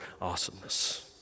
awesomeness